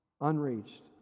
unreached